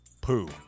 poo